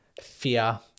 fear